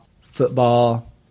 football